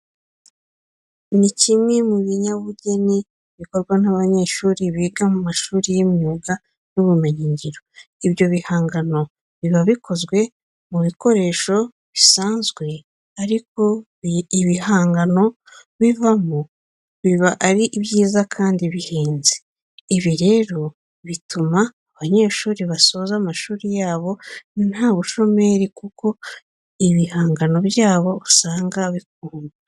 Ni kimwe mu binyabugeni bikorwa n'abanyeshuri biga mu mashuri y'imyuga n'ubumenyingiro. Ibyo bihangano biba bikozwe mu bikoresho bisanzwe ariko ibihangano bivamo biba ari byiza kandi bihenze. Ibi rero bituma aba banyeshuri basoza amashuri yabo nta bushomeri kuko ibihangano byabo usanga bikundwa.